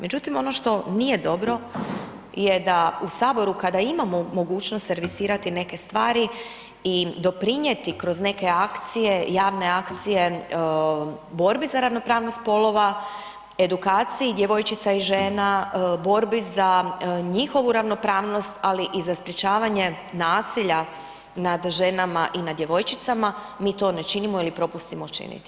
Međutim, ono što nije dobro je da u Saboru kada imamo mogućnost servisirati neke stvari i doprinijeti kroz neke akcije, javne akcije, borbe za ravnopravnost spolova, edukaciji djevojčica i žena, borbi za njihovu ravnopravnost, ali i za sprječavanje nasilja nad ženama i nad djevojčicama, mi to ne činimo ili propustimo činiti.